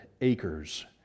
acres